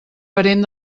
parent